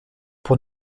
pour